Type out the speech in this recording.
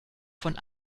von